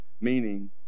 Meaning